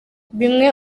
bimwe